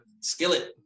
Skillet